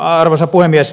arvoisa puhemies